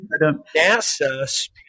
NASA